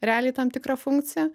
realiai tam tikrą funkciją